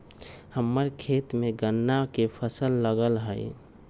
हम्मर खेत में गन्ना के फसल लगल हई